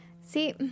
See